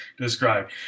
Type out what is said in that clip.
describe